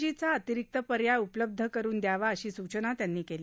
जी चा अतिरिक्त पर्याय उपलब्ध करुन द्यावा अशी सूचना त्यांनी केली